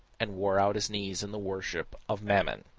and wore out his knees in the worship of mammon.